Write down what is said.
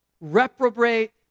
reprobate